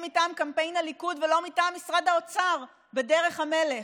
מטעם קמפיין הליכוד ולא מטעם משרד האוצר בדרך המלך.